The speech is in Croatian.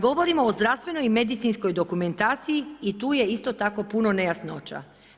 govorimo o zdravstvenoj i medicinskoj dokumentaciji i tu je isto tako puno nejasnoća.